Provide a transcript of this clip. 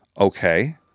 Okay